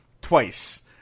twice